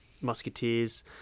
musketeers